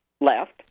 left